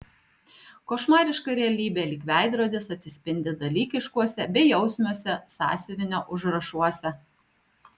košmariška realybė lyg veidrodis atsispindi dalykiškuose bejausmiuose sąsiuvinio užrašuose